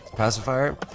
Pacifier